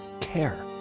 care